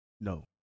No